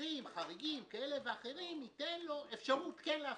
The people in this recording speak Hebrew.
שבמקרים חריגים כאלה ואחרים ניתן לו אפשרות כן ל ---.